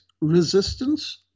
resistance